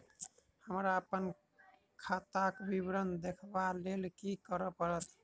हमरा अप्पन खाताक विवरण देखबा लेल की करऽ पड़त?